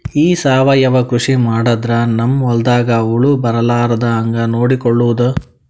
ಈ ಸಾವಯವ ಕೃಷಿ ಮಾಡದ್ರ ನಮ್ ಹೊಲ್ದಾಗ ಹುಳ ಬರಲಾರದ ಹಂಗ್ ನೋಡಿಕೊಳ್ಳುವುದ?